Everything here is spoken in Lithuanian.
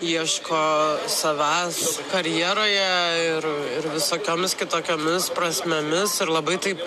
ieško savęs karjeroje ir ir visokiomis kitokiomis prasmėmis ir labai taip